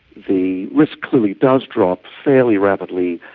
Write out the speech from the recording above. the risk clearly does drop fairly rapidly,